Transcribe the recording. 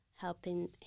helping